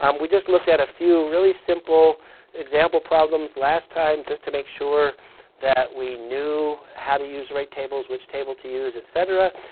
um we just looked at a few really simple example problems last time just to make sure that we knew how to use rate tables, which table to use, et cetera.